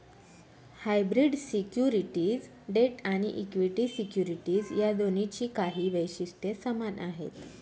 hybrid securities debt आणि equity securities या दोन्हींची काही वैशिष्ट्ये समान आहेत